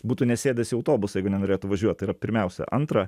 būtų nesėdęs į autobusą jeigu nenorėtų važiuot tai yra pirmiausia antra